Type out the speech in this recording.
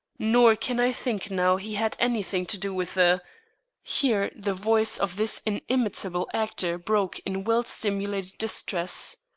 nor can i think now he had any thing to do with the here the voice of this inimitable actor broke in well-simulated distress.